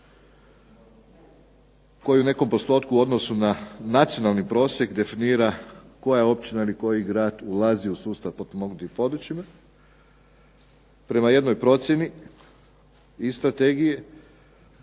koji je u nekom postotku na nacionalni prosjek definira koja općina ili koji grad ulazi u sustav potpomognutih područjima. Prema jednoj procjeni i strategije